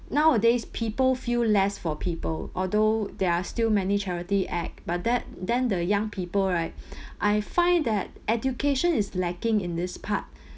nowadays people feel less for people although there are still many charity act but that then the young people right I find that education is lacking in this part